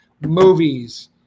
Movies